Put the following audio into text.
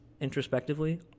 introspectively